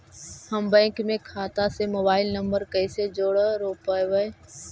हम बैंक में खाता से मोबाईल नंबर कैसे जोड़ रोपबै?